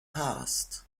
passed